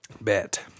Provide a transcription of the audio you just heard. Bet